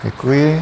Děkuji.